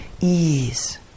ease